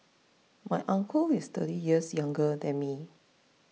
my uncle is thirty years younger than me